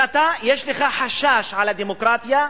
אם יש לך חשש לגבי הדמוקרטיה,